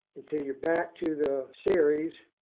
until you're back to the series.